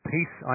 Peace